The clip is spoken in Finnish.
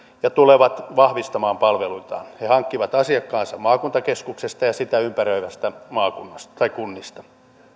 ja tulevat vahvistamaan palveluitaan ne hankkivat asiakkaansa maakuntakeskuksesta ja sitä ympäröivistä kunnista